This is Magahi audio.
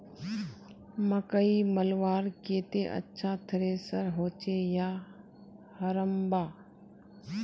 मकई मलवार केते अच्छा थरेसर होचे या हरम्बा?